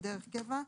כדרך קבע,